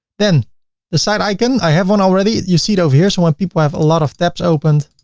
then the site icon, i have one already. you see it over here, so when people have a lot of tabs opened,